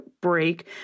break